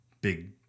big